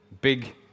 big